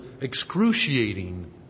excruciating